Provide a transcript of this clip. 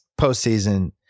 postseason